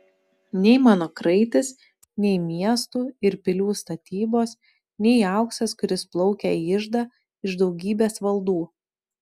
nei mano kraitis nei miestų ir pilių statybos nei auksas kuris plaukia į iždą iš daugybės valdų